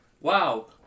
Wow